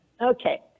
okay